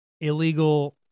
illegal